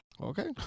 Okay